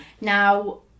Now